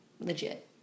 Legit